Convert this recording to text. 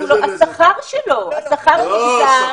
השכר שלו נפגע.